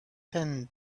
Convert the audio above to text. tan